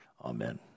Amen